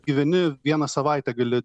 gyveni vieną savaitę gali